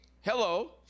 Hello